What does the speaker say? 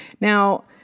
Now